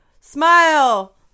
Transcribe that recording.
smile